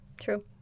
True